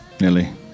nearly